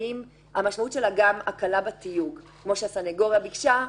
האם המשמעות שלה גם הקלה בתיוג כמו שהסניגוריה ביקשה.